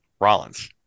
Rollins